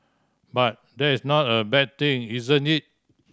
but that's not a bad thing isn't it